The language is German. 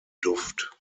duft